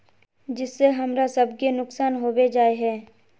जिस से हमरा सब के नुकसान होबे जाय है?